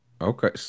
Okay